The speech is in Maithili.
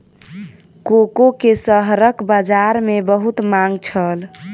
कोको के शहरक बजार में बहुत मांग छल